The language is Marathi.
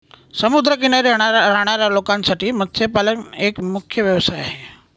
समुद्र किनारी राहणाऱ्या लोकांसाठी मत्स्यपालन एक मुख्य व्यवसाय आहे